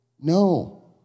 No